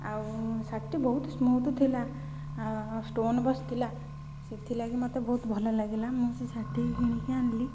ଆଉ ଶାଢ଼ୀଟି ବହୁତ ସ୍ମୁଥ୍ ଥିଲା ଷ୍ଟୋନ୍ ବସିଥିଲା ସେଥିଲାଗି ମୋତେ ବହୁତ ଭଲ ଲାଗିଲା ମୁଁ ସେ ଶାଢ଼ୀଟିକି କିଣିକି ଆଣିଲି